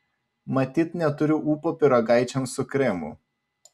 matyt neturiu ūpo pyragaičiams su kremu